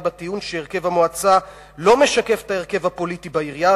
בטענה שהרכב המועצה לא משקף את ההרכב הפוליטי בעירייה,